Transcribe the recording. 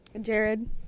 Jared